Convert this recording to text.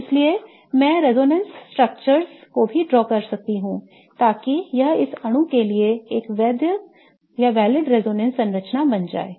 इसलिए मैं रेजोनेंस संरचनाओं को भी ड्रा कर सकता हूं ताकि यह इस अणु के लिए एक वैध रेजोनेंस संरचना बन जाए